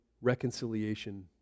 reconciliation